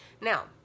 now